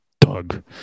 Doug